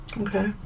Okay